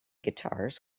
guitars